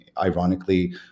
ironically